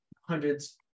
hundreds